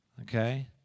Okay